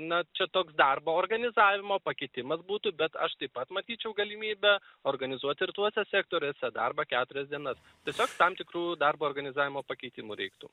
na čia toks darbo organizavimo pakitimas būtų bet aš taip pat matyčiau galimybę organizuot ir tuose sektoriuose darbą keturias dienas tiesiog tam tikrų darbo organizavimo pakeitimų reiktų